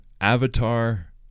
Avatar